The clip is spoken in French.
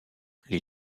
les